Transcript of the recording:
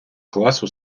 класу